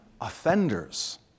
offenders